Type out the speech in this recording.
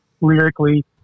lyrically